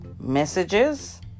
messages